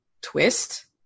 twist